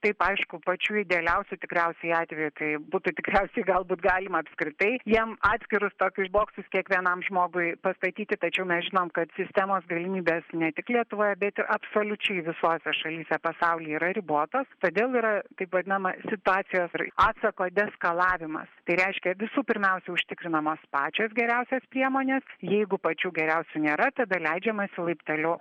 taip aišku pačiu idealiausiu tikriausiai atveju kaip būtų tikriausiai galbūt galima apskritai jam atskirus tokius boksus kiekvienam žmogui pastatyti tačiau mes žinom kad sistemos galimybės ne tik lietuvoje bet ir absoliučiai visose šalyse pasauly yra ribotos todėl yra taip vadinama situacijos ir atsako deskalavimas tai reiškia visų pirmiausia užtikrinamos pačios geriausios priemonės jeigu pačių geriausių nėra tada leidžiamasi laipteliu